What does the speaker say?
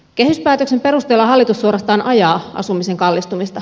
kehyspäätöksen perusteella hallitus suorastaan ajaa asumisen kallistumista